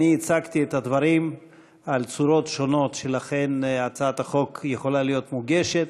אני הצגתי את הדברים על צורות שונות שבהן הצעת החוק יכולה להיות מוגשת,